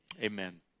Amen